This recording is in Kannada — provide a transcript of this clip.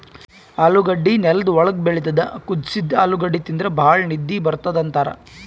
ಆಲೂಗಡ್ಡಿ ನೆಲ್ದ್ ಒಳ್ಗ್ ಬೆಳಿತದ್ ಕುದಸಿದ್ದ್ ಆಲೂಗಡ್ಡಿ ತಿಂದ್ರ್ ಭಾಳ್ ನಿದ್ದಿ ಬರ್ತದ್ ಅಂತಾರ್